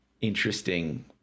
interesting